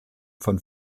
von